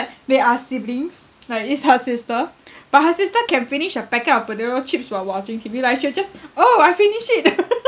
like they are siblings like is her sister but her sister can finish a packet of potato chips while watching T_V like she will just oh I finish it